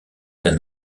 d’un